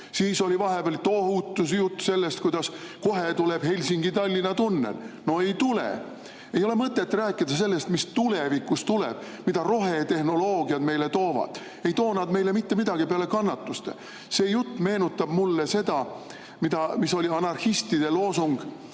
Siis oli vahepeal tohutu jutt sellest, kuidas kohe tuleb Helsingi–Tallinna tunnel. No ei tule! Ei ole mõtet rääkida sellest, mis tulevikus tuleb, mida rohetehnoloogiad meile toovad. Ei too nad meile mitte midagi peale kannatuste. See jutt meenutab mulle seda, mis oli anarhistide loosung